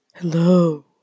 Hello